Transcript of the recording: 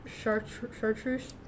chartreuse